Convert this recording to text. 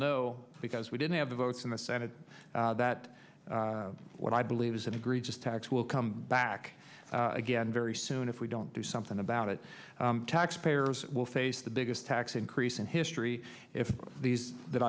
know because we didn't have the votes in the senate that what i believe is an egregious tax will come back again very soon if we don't do something about it taxpayers will face the biggest tax increase in history if these that